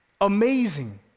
Amazing